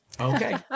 Okay